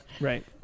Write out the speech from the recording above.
Right